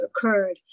occurred